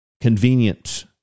Convenient